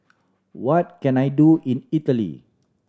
what can I do in Italy